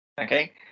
Okay